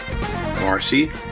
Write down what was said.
Marcy